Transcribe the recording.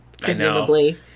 presumably